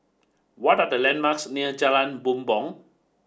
what are the landmarks near Jalan Bumbong